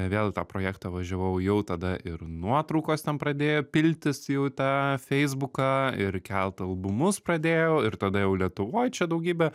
vėl į tą projektą važiavau jau tada ir nuotraukos ten pradėjo pildytis jau tą feisbuką ir kelt albumus pradėjau ir tada jau lietuvoj čia daugybė